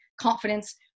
confidence